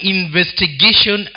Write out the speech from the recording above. investigation